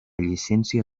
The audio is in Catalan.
llicència